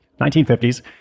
1950s